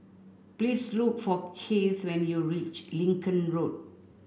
please look for Kieth when you reach Lincoln Road